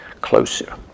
closer